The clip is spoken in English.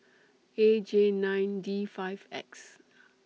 A J nine D five X